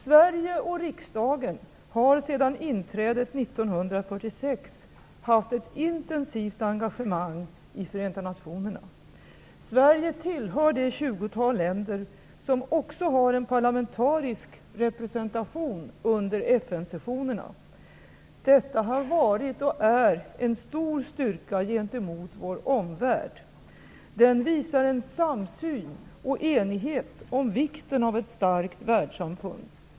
Sverige och riksdagen har sedan inträdet 1946 haft ett intensivt engagemang i Förenta nationerna. Sverige tillhör det tjugotal länder som också har en parlamentarisk representation under FN-sessionerna. Detta har varit och är en stor styrka gentemot vår omvärld. Den visar en samsyn och enighet om vikten av ett starkt världssamfund.